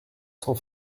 cents